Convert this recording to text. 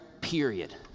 period